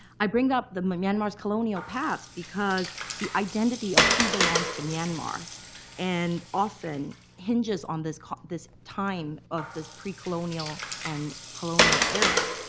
i bring up the myanmar's colonial past because the identity of who belongs to myanmar and often hinges on this this time of this pre-colonial and colonial era.